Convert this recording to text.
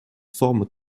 forme